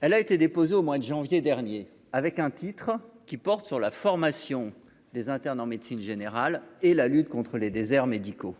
Elle a été déposée au mois de janvier dernier avec un titre qui porte sur la formation des internes en médecine générale et la lutte contre les déserts médicaux.